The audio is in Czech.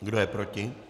Kdo je proti?